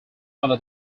under